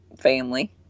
family